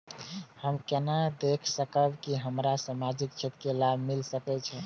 हम केना देख सकब के हमरा सामाजिक क्षेत्र के लाभ मिल सकैये?